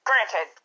Granted